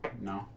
no